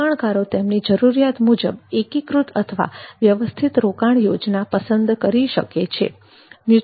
રોકાણકાર તેમની જરૂરિયાત મુજબ એકીકૃત અથવા વ્યવસ્થિત રોકાણ યોજના પસંદ કરી શકે છે